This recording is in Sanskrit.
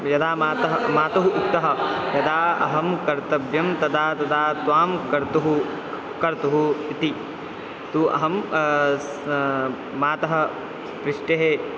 यदा मात्रा मात्रा उक्ता यदा अहं कर्तव्यं तदा तदा त्वां कर्तुः कर्तुः इति तु अहं स मातुः पृष्ठेः